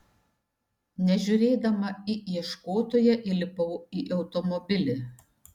nežiūrėdama į ieškotoją įlipau į automobilį